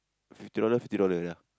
fifty dollars fifty dollars ya